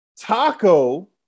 Taco